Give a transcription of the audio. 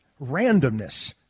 randomness